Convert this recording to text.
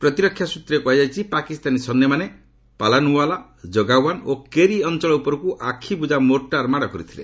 ପ୍ରତିରକ୍ଷା ସ୍ନତ୍ରରେ କୁହାଯାଇଛି ପାକିସ୍ତାନୀ ସୈନ୍ୟମାନେ ପାଲନ୍ୱାଲା ଯୋଗୱାନ୍ ଓ କେରି ଅଞ୍ଚଳ ଉପରକୁ ଆଖିବୁଜା ମୋର୍ଟାର ମାଡ଼ କରିଥିଲେ